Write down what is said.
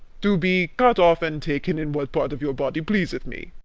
to be cut off and taken in what part of your body pleaseth me.